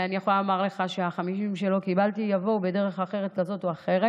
אני יכולה לומר לך שה-50 שלא קיבלתי יבואו בדרך כזאת או אחרת,